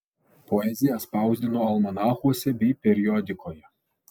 poeziją spausdino almanachuose bei periodikoje